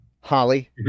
Holly